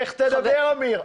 אבל לך תדבר, אמיר.